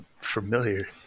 familiar